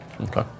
Okay